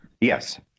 Yes